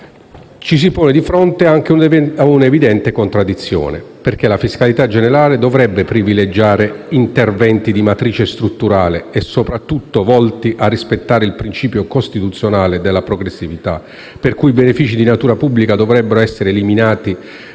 ci pone di fronte anche ad una evidente contraddizione, perché la fiscalità generale dovrebbe privilegiare interventi di matrice strutturale e soprattutto volti a rispettare il principio costituzionale della progressività, per cui i benefici di natura pubblica dovrebbero essere destinati